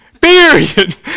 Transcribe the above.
Period